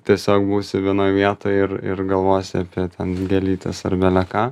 tiesiog būsi vienoj vietoj ir ir galvosi apie ten gėlytes ar bele ką